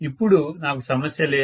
అప్పుడు నాకు సమస్య లేదు